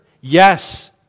Yes